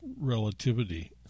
relativity